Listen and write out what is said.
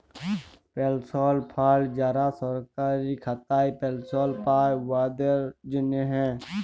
পেলশল ফাল্ড যারা সরকারি খাতায় পেলশল পায়, উয়াদের জ্যনহে